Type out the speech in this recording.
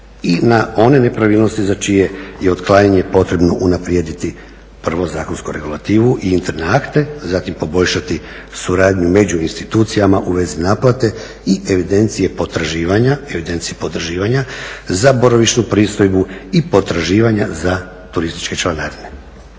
i na one nepravilnosti za čije je otklanjanje potrebno unaprijediti prvo zakonsku regulativu i interne akte, zatim poboljšati suradnju među institucijama u vezi naplate i evidencije potraživanja za boravišnu pristojbu i potraživanja za turističke članarine.